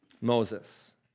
Moses